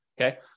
Okay